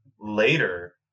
later